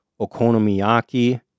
okonomiyaki